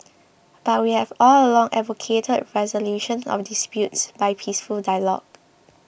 but we have all along advocated resolution of disputes by peaceful dialogue